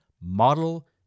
model